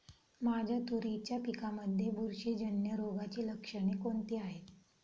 माझ्या तुरीच्या पिकामध्ये बुरशीजन्य रोगाची लक्षणे कोणती आहेत?